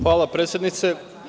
Hvala, predsednice.